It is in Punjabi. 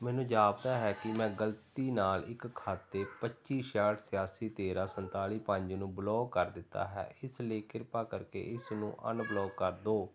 ਮੈਨੂੰ ਜਾਪਦਾ ਹੈ ਕਿ ਮੈਂ ਗਲਤੀ ਨਾਲ ਇੱਕ ਖਾਤੇ ਪੱਚੀ ਛਿਆਹਠ ਛਿਆਸੀ ਤੇਰਾਂ ਸੰਤਾਲੀ ਪੰਜ ਨੂੰ ਬਲੌਕ ਕਰ ਦਿੱਤਾ ਹੈ ਇਸ ਲਈ ਕਿਰਪਾ ਕਰਕੇ ਇਸ ਨੂੰ ਅਨਬਲੌਕ ਕਰ ਦਿਓ